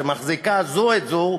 שסיעותיה מחזיקה זו את זו,